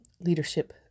leadership